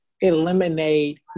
eliminate